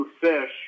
fish